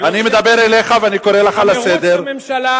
אני מבקש שהציבור יראה את הדבר הזה.